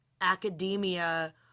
academia